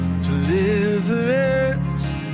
deliverance